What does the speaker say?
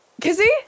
Kizzy